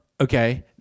Okay